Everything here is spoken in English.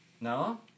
No